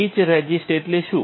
each રઝિસ્ટ એટલે શું